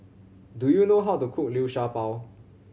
do you know how to cook Liu Sha Bao